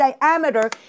diameter